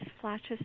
flashes